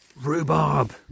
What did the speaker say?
Rhubarb